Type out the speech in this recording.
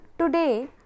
today